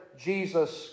Jesus